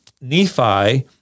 Nephi